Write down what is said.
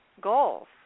goals